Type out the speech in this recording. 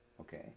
Okay